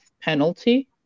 penalty